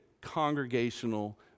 congregational